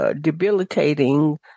debilitating